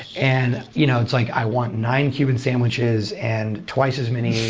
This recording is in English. and you know it's like, i want nine cuban sandwiches and twice as many